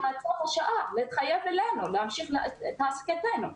להתחייב לנו להמשיך את העסקתנו.